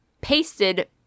pasted